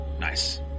Nice